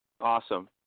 Awesome